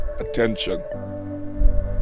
attention